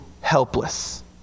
helpless—